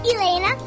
Elena